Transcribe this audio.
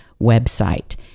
website